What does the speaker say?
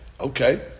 Okay